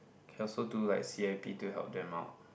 can also do like C_A_P to help them out